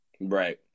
Right